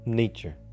nature।